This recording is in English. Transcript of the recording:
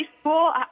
school